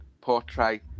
portray